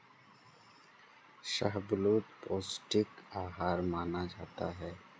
शाहबलूत पौस्टिक आहार माना जाता है